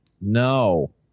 No